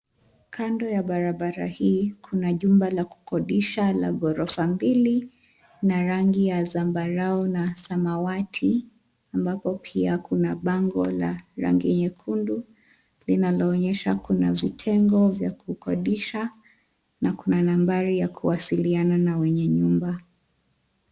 Kando ya barabara hii kuna jumba la kudodisha la gorofa mbili na rangi ya zambarau na samawati, ambapo pia kuna bango la rangi nyekundu linaloonyesha kuna vitengo vya kukodisha, na kuna nambari ya kuwasiliana na wenye nyumba.